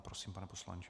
Prosím, pane poslanče.